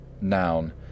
noun